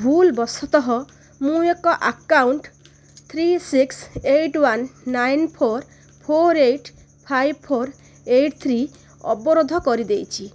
ଭୁଲ ବଶତଃ ମୁଁ ଏକ ଆକାଉଣ୍ଟ ତିନି ଛଅ ଆଠ ଏକ ନଅ ଚାରି ଚାରି ଆଠ ପାଞ୍ଚ ଚାରି ଆଠ ତିନି ଅବରୋଧ କରିଦେଇଛି